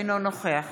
אינו נוכח